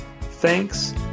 Thanks